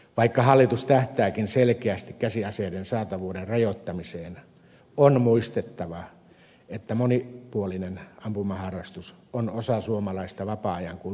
vaikka hallitus tähtääkin selkeästi käsiaseiden saatavuuden rajoittamiseen on muistettava että monipuolinen ampumaharrastus on osa suomalaista vapaa ajan kulttuuria